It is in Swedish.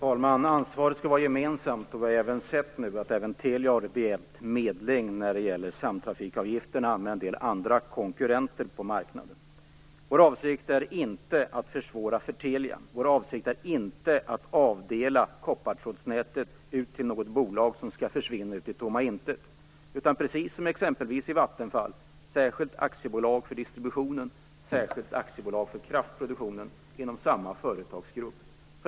Fru talman! Ansvaret skall vara gemensamt. Vi har sett nu att även Telia har begärt medling med en del konkurrenter på marknaden när det gäller samtrafikavgifterna. Vår avsikt är inte att försvåra för Telia. Vår avsikt är inte att avdela koppartrådsnätet till något bolag som skall försvinna i tomma intet. Vi vill ha det som i exempelvis Vattenfall, där det finns ett särskilt aktiebolag för distributionen och ett särskilt aktiebolag för kraftproduktionen inom samma företagsgrupp.